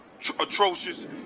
atrocious